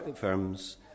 firms